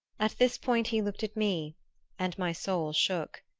at this point he looked at me and my soul shook.